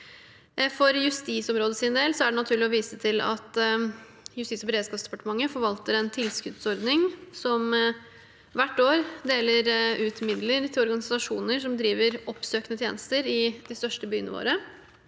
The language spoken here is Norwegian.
For justisområdets del er det naturlig å vise til at Justis- og beredskapsdepartementet forvalter en tilskuddsordning som hvert år deler ut midler til organisasjoner som driver oppsøkende tjenester i de største byene våre,